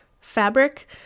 fabric